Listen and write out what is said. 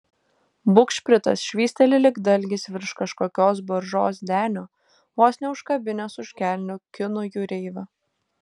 bugšpritas švysteli lyg dalgis virš kažkokios baržos denio vos neužkabinęs už kelnių kinų jūreivio